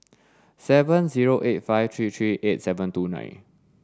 seven zero eight five three three eight seven two nine